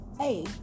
Hey